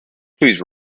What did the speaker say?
please